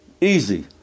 Easy